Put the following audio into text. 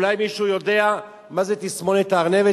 אולי מישהו יודע מה זה תסמונת הארנבת,